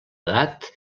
edat